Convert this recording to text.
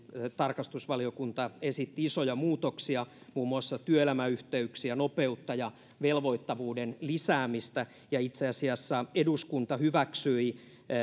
tarkastusvaliokunta esitti kotouttamiseen isoja muutoksia muun muassa työelämäyhteyksiä nopeutta ja velvoittavuuden lisäämistä ja itse asiassa eduskunta hyväksyi